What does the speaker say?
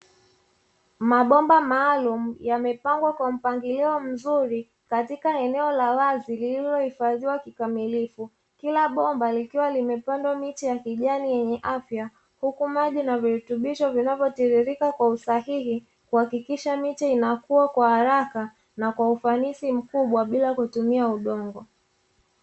Mabomba maalumu yamepangwa kwa mpangilio mzuri katika eneo la wazi lililohifadhiwa kikamilifu. Kila bomba likiwa limepandwa miche ya kijani yenye afya huku maji na virutubisho vinavyotiririka kwa usahihi kuhakikisha miche inakua kwa haraka na kwa ufanisi mkubwa bila kutumia udongo.